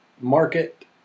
market